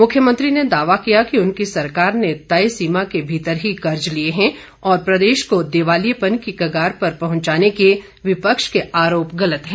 मुख्यमंत्री ने दावा किया कि उनकी सरकार ने तय सीमा के भीतर ही कर्ज लिए हैं और प्रदेश को दिवालिएपन की कगार पर पहुंचाने के विपक्ष के आरोप गलत हैं